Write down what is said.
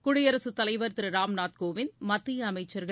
குடியரசு தலைவர் திரு ராம்நாத்கோவிந்த் மத்திய அமைச்சர்கள்